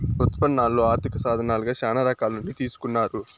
ఉత్పన్నాలు ఆర్థిక సాధనాలుగా శ్యానా రకాల నుండి తీసుకున్నారు